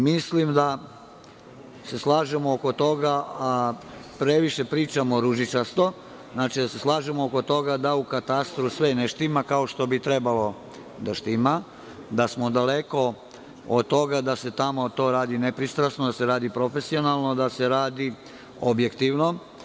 Mislim da se slažemo oko toga, a previše pričamo o ružičastom, znači, da se slažemo oko toga da u katastru sve ne štima kao što bi trebalo da štima, da smo daleko od toga da se tamo to radi nepristrasno, da se radi profesionalno, da se radi objektivno.